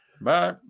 Bye